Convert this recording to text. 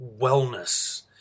Wellness